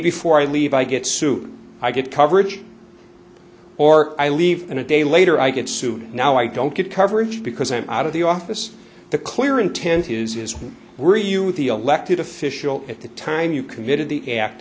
before i leave i get sued i get coverage or i leave in a day later i get sued now i don't get coverage because i'm out of the office the clear intent is when were you the elected official at the time you committed the act